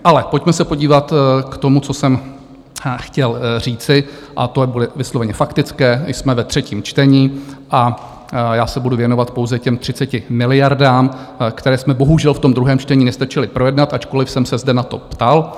Ale pojďme se podívat k tomu, co jsem chtěl říci, a to bude vysloveně faktické, jsme ve třetím čtení, a já se budu věnovat pouze těm 30 miliardám, které jsme bohužel v tom druhém čtení nestačili projednat, ačkoliv jsem se zde na to ptal.